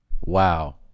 Wow